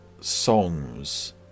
songs